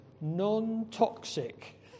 non-toxic